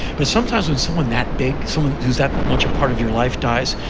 but sometimes, when someone that big, someone who's that much a part of your life dies,